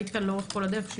היית כאן לאורך כל הדרך.